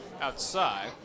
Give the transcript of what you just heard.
outside